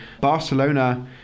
Barcelona